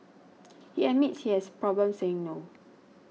he admits he has problems saying no